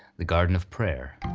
the garden of prayer.